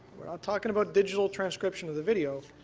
we're not talking about digital transcription of the video,